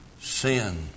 sin